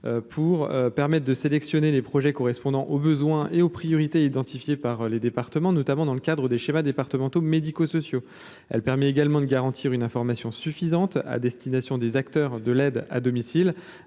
pour permettent de sélectionner les projets correspondant aux besoins et aux priorités identifiées par les départements, notamment dans le cadre des schémas départementaux médico-sociaux, elle permet également de garantir une information suffisante à destination des acteurs de l'aide à domicile,